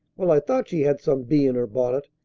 well, i thought she had some bee in her bonnet.